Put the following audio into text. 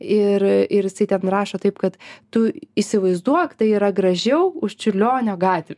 ir ir jisai ten rašo taip kad tu įsivaizduok tai yra gražiau už čiurlionio gatvę